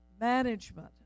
management